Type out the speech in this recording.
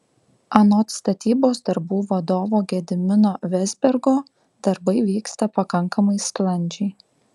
anot statybos darbų vadovo gedimino vezbergo darbai vyksta pakankamai sklandžiai